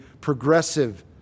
progressive